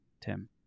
Tim